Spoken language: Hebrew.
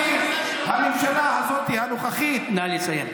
הממשלה הזאת, הנוכחית, נא לסיים.